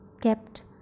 kept